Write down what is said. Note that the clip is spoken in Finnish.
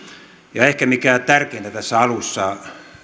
ja mikä ehkä tärkeintä tässä alussa